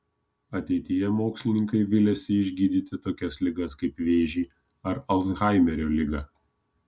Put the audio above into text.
ateityje mokslininkai viliasi išgydyti tokias ligas kaip vėžį ar alzhaimerio ligą